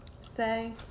say